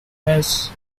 has